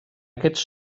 aquests